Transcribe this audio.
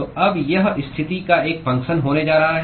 तो अब यह स्थिति का एक फंगक्शन होने जा रहा है